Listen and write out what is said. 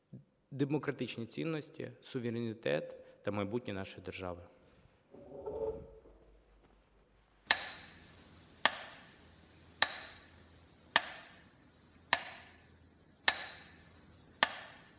демократичні цінності, суверенітет та майбутнє нашої держави.